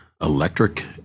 electric